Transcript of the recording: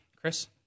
Chris